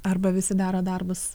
arba visi daro darbus